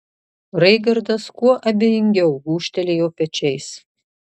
raigardas kuo abejingiau gūžtelėjo pečiais